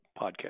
podcast